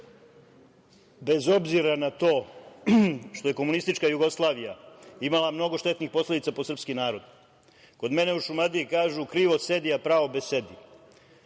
bez obzira na to što je komunistička Jugoslavija imala mnogo štetnih posledica po srpski narod, kod mene u Šumadiji kažu – krivo sedi, a pravo besedi.